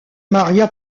maria